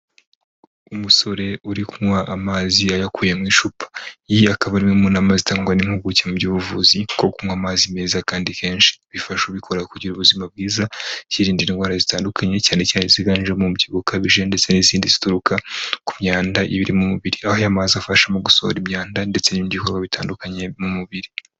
Umusore uri kunywa amazi yayakuye mu icupa iyi akaba ari inama zitangwa n'impuguke mu by'ubuvuzi bwo kunywa amazi meza kandi kenshi bifasha bikora kugira ubuzima bwiza birinda indwara zitandukanye cyane cyane ziganjemo umubyibuho ukabije ndetse n'izindi zituruka ku myanda y'ibiri mu mibiri, aho y'amazi afasha mu gusohora imyanda ndetse n'ibihu bitandukanye mu mubiri.